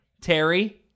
Terry